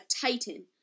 Titan